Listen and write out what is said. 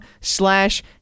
slash